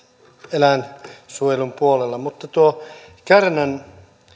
eläinsuojelun puolella mutta tuo kärnän